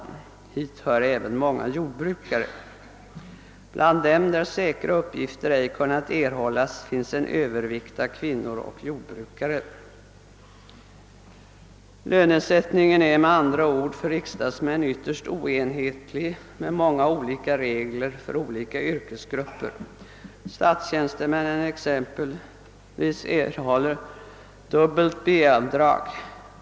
Till denna grupp hör även många jordbrukare. Bland dem för vilka löneuppgifter ej kunnat erhållas finns en övervikt av kvinnor och jordbrukare. Lönesättningen för riksdagsmännen är med andra ord ytterst oenhetlig med olika regler för olika yrkesgrupper. Statstjänstemännen exempelvis får dubbelt B-avdrag.